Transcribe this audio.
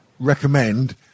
recommend